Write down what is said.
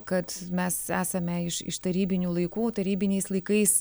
kad mes esame iš iš tarybinių laikų tarybiniais laikais